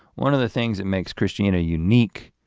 one of the things that makes christianity a unique